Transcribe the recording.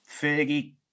Fergie